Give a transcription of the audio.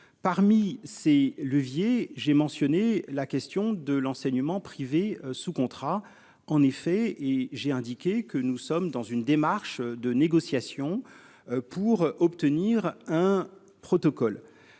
Parmi ces leviers, j'ai mentionné la question de l'enseignement privé sous contrat en effet et j'ai indiqué que nous sommes dans une démarche de négociation pour obtenir un protocole.